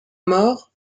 mort